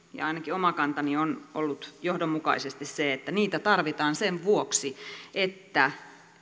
ainakin oma kantani on ollut johdonmukaisesti se että niitä tarvitaan sen vuoksi että